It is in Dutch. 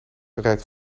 rijdt